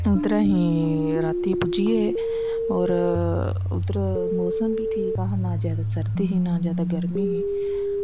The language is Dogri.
उद्दर अस रातीं पुज्जी गे हे और उध्दर मौसम बी शैल हा नां जादा सर्दी नां जादा गर्मी ही